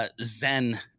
zen